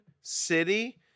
City